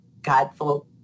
Godful